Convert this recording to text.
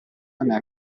neanche